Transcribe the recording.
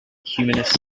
humanist